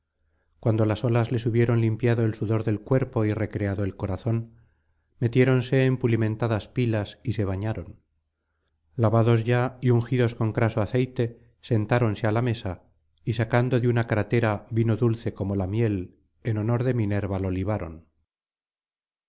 cuando las olas les hubieron limpiado el sudor del cuerpo y recreado el corazón metiéronse en pulimentadas pilas y se bañaron lavados ya y ungidos con craso aceite sentáronse á la mesa y sacando de una crátera vino dulce como la miel en honor de minerva lo libaron